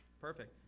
Perfect